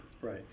Right